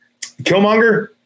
Killmonger